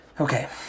Okay